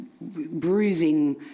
bruising